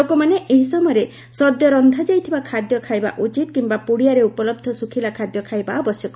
ଲୋକମାନେ ଏହି ସମୟରେ ସଦ୍ୟ ରନ୍ଧାଯାଇଥିବା ଖାଦ୍ୟ ଖାଇବା ଉଚିତ କିମ୍ବା ପୁଡ଼ିଆରେ ଉପଲବ୍ଧ ଶୁଖିଲା ଖାଦ୍ୟ ଖାଇବା ଆବଶ୍ୟକ